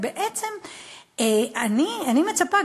אני מצפה,